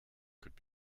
could